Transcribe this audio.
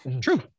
True